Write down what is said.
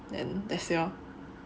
then that's it lor